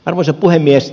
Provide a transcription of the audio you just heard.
arvoisa puhemies